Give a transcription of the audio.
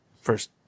First